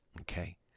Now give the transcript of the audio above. Okay